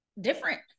different